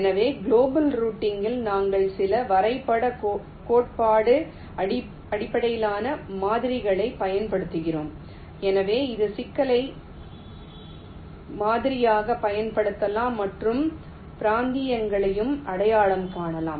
எனவே குளோபல் ரூட்டிங்கில் நாங்கள் சில வரைபடக் கோட்பாடு அடிப்படையிலான மாதிரிகளைப் பயன்படுத்துகிறோம் எனவே இது சிக்கலை மாதிரியாகப் பயன்படுத்தலாம் மற்றும் பிராந்தியங்களையும் அடையாளம் காணலாம்